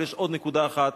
אבל יש עוד נקודה אחת,